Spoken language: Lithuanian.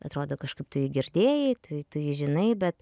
atrodo kažkaip tu jį girdėjai tu tu jį žinai bet